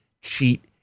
cheat